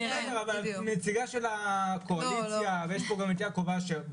את נציגה של הקואליציה, ויש פה גם את יעקב אשר.